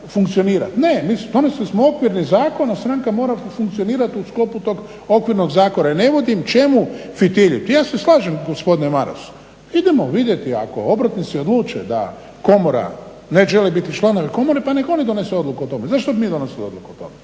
Ne, donesli smo okvirni zakon, a stranka mora funkcionirati u sklopu tog okvirnog zakona. Jer ne vidim čemu fitiljit. Ja se slažem gospodine Maras, idemo vidjeti ako obrtnici odluče da Komora ne žele biti članovi Komore pa nek' oni donesu odluku o tome. Zašto bi mi donosili odluku o tome?